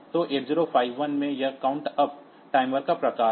तो 8051 में यह काउंट अप टाइमर का प्रकार है